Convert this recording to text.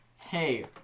hey